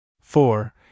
Four